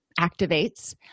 activates